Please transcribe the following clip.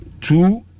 two